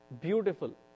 beautiful